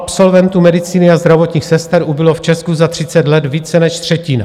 Absolventů medicíny a zdravotních sester ubylo v Česku za třicet let více než třetina.